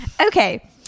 Okay